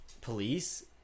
police